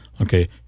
okay